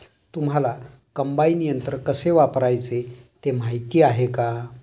तुम्हांला कम्बाइन यंत्र कसे वापरायचे ते माहीती आहे का?